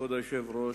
כבוד היושב-ראש,